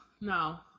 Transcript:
no